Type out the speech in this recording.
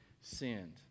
sinned